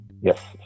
Yes